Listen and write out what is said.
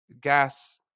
gas